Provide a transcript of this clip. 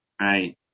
Right